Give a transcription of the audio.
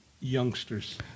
youngsters